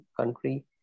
country